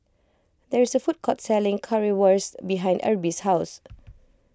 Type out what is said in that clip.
there is a food court selling Currywurst behind Erby's house